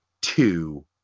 two